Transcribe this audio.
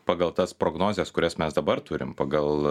pagal tas prognozes kurias mes dabar turim pagal